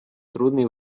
трудные